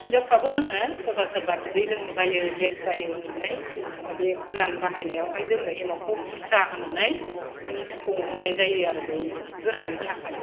हिनजावफ्राबो लोङो सोरबा सोरबा बिदै लोंनो बायो गेस जायो होनानै होनबा बे गोरान बाहायनायावहाय जोङो एमावखौ बुरजा होनानै मानि संनाय जायो आरो बै गोराननि थाखाय